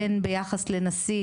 בין ביחס לנשיא,